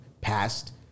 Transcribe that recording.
passed